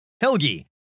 Helgi